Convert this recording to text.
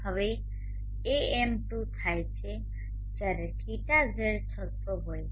હવે AM2 થાય છે જ્યારે θz 600 હોય છે